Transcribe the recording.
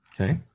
Okay